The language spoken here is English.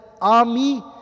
army